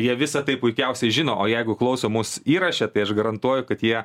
jie visa tai puikiausiai žino o jeigu klauso mus įraše tai aš garantuoju kad jie